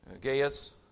Gaius